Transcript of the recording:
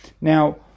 Now